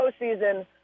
postseason